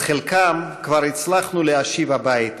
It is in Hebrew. את חלקם כבר הצלחנו להשיב הביתה,